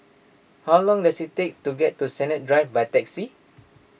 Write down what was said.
how long does it take to get to Sennett Drive by taxi